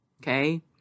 Okay